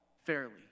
fairly